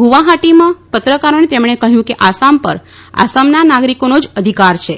ગુવાહાટીમાં પત્રકારોને તેમણે કહ્યું કે આસામ પર આસામના નાગરીકોનો જ અધિકાર છે